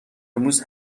امروز